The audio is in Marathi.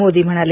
मोदी म्हणाले